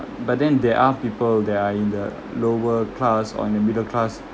but then there are people that are in the lower class or in the middle class